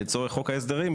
לצורך חוק ההסדרים,